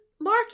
Mark